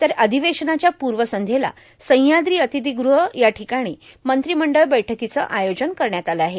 तर अधिवेशनाच्या पूवसंध्येला सहयाद्री र्आतथीगृह यााठकाणी मंत्रीमंडळ बैठकांचं आयोजन करण्यात आलं आहे